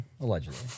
Allegedly